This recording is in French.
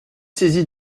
saisi